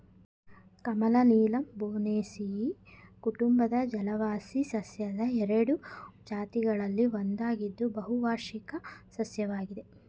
ಕಮಲ ನೀಲಂಬೊನೇಸಿಯಿ ಕುಟುಂಬದ ಜಲವಾಸಿ ಸಸ್ಯದ ಎರಡು ಜಾತಿಗಳಲ್ಲಿ ಒಂದಾಗಿದ್ದು ಬಹುವಾರ್ಷಿಕ ಸಸ್ಯವಾಗಿದೆ